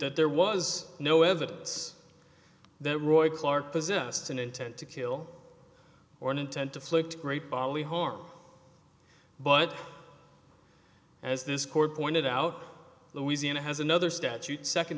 that there was no evidence that roy clark possessed an intent to kill or an intent to flip great bodily harm but as this court pointed out louisiana has another statute second